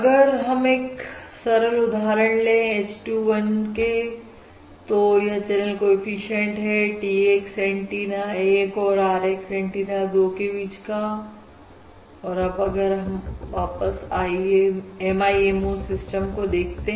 अगर हम एक सरल उदाहरण ले h 2 1 तो यह चैनल कोएफिशिएंट है Tx एंटीना 1 और R x एंटीना 2 के बीच का और आगे अब अगर हम हमारे MIMO सिस्टम को देखें